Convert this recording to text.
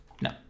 No